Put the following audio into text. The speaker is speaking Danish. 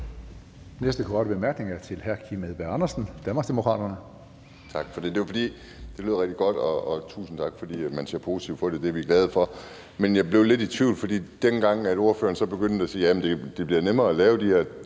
næste korte bemærkning er til hr. Kim Edberg Andersen, Danmarksdemokraterne. Kl. 16:29 Kim Edberg Andersen (DD): Tak for det. Det lyder rigtig godt, og tusind tak for, at man ser positivt på det. Det er vi glade for. Men jeg blev lidt i tvivl, da ordføreren begyndte at sige, at det bliver nemmere at lave de her